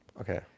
Okay